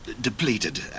Depleted